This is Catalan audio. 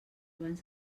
abans